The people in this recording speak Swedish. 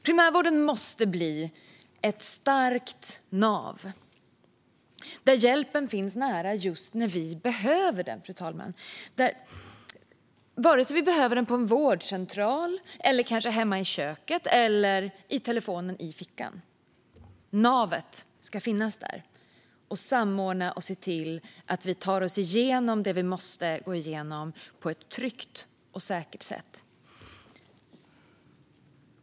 Primärvården måste bli ett starkt nav där hjälpen finns nära just när vi behöver den, fru talman - vare sig vi behöver den på en vårdcentral, hemma i köket eller i telefonen i fickan. Navet ska finnas där. Det ska samordna och se till att vi tar oss igenom det vi måste gå igenom på ett tryggt och säkert sätt.